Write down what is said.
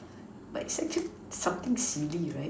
but it's actually something silly right